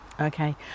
Okay